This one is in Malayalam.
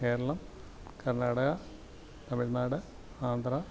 കേരളം കർണാടക തമിഴ്നാട് ആന്ധ്രാ